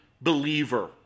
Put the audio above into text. believer